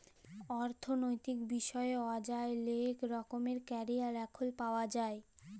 অথ্থলৈতিক বিষয়ে অযায় লেক রকমের ক্যারিয়ার এখল পাউয়া যায়